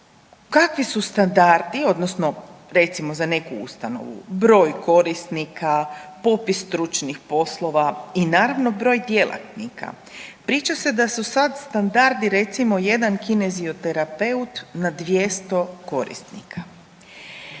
kakvi su standardi odnosno recimo za neku ustanovu, broj korisnika, popis stručnih poslova i naravno broj djelatnika. Priča se da su sad standardi recimo jedan kinezioterapeut na 200 korisnika.